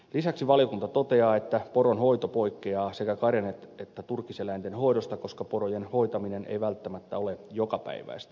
lisäksi valiokunta toteaa että poronhoito poikkeaa sekä karjan että turkiseläinten hoidosta koska porojen hoitaminen ei välttämättä ole jokapäiväistä